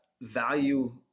value